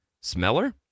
smeller